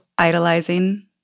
idolizing